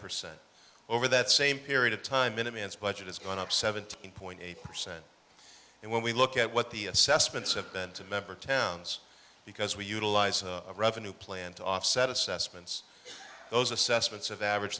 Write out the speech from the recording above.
percent over that same period of time in a man's budget has gone up seventeen point eight percent and when we look at what the assessments have been to member towns because we utilize a revenue plan to offset assessments those assessments of average